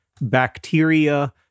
bacteria